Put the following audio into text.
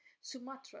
Sumatra